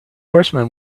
horseman